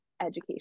education